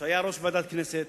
שהיה יושב-ראש ועדת הכנסת,